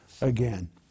again